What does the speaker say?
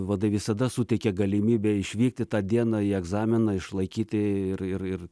vadai visada suteikia galimybę išvykti tą dieną į egzaminą išlaikyti ir ir ir